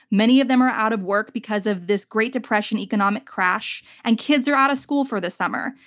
many of them are out of work because of this great depression economic crash and kids are out of school for the summer.